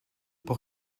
pour